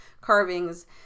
carvings